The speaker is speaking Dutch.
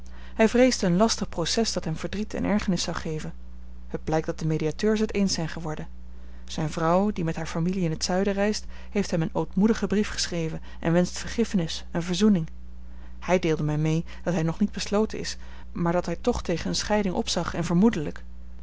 hij vreesde een lastig proces dat hem verdriet en ergernis zou geven het blijkt dat de mediateurs het eens zijn geworden zijne vrouw die met hare familie in het zuiden reist heeft hem een ootmoedigen brief geschreven en wenscht vergiffenis en verzoening hij deelde mij mee dat hij nog niet besloten is maar dat hij toch tegen eene scheiding opzag en vermoedelijk